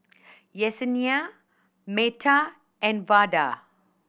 Yessenia Metha and Vada